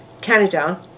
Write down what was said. Canada